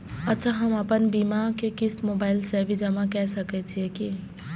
अच्छा हम आपन बीमा के क़िस्त मोबाइल से भी जमा के सकै छीयै की?